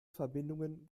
verbindungen